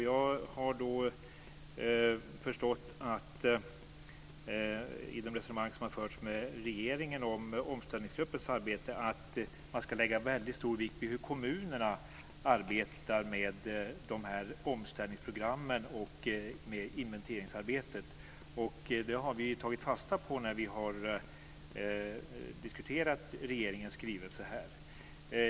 Jag har i de resonemang som har förts med regeringen om omställningsgruppens arbete förstått att man ska lägga väldigt stor vikt vid hur kommunerna arbetar med omställningsprogrammen och med inventeringsarbetet. Det har vi tagit fasta på när vi har diskuterat regeringens skrivelse här.